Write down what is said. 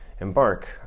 embark